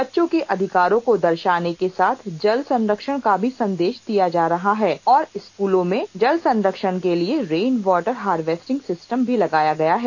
बच्चों के अधिकारों को दर्शाने के साथ जल संरक्षण का संदेश भी दिया जा रहा है और स्कूल में जल संरक्षण के लिए रेन वाटर हार्वेस्टिंग सिस्टम भी लगाया गया है